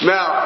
Now